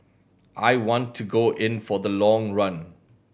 I want to go in for the long run